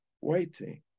waiting